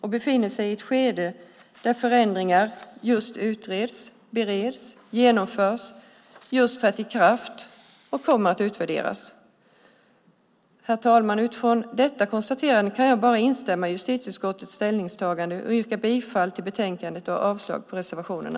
De befinner sig i ett skede där förändringar utreds, bereds, genomförs, just har trätt i kraft och kommer att utvärderas. Herr talman! Utifrån detta konstaterande kan jag bara instämma i justitieutskottets ställningstagande och yrka bifall till förslaget i betänkandet och avslag på reservationerna.